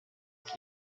que